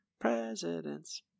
presidents